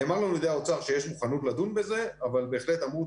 נאמר לנו על ידי האוצר שיש מוכנות לדון בזה אבל בהחלט אמרו,